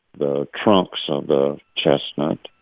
the trunks of the chestnut,